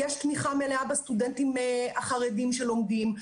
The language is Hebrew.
יש תמיכה מלאה בסטודנטים החרדים שלומדים.